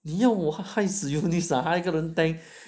你要我害死 eunice ah